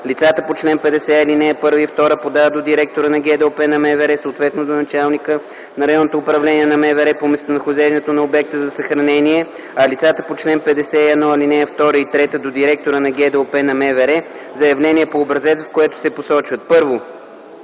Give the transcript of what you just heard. лицата по чл. 50, ал. 1 и 2 подават до директора на ГДОП на МВР, съответно до началника на РУ на МВР по местонахождението на обекта за съхранение, а лицата по чл. 51, ал. 2 и 3 – до директора на ГДОП на МВР, заявление по образец, в което се посочват: 1.